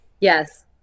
Yes